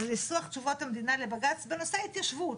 ניסוח תשובות המדינה לבג"ץ בנושא התיישבות,